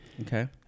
Okay